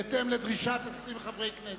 בהתאם לדרישת 20 חברי כנסת.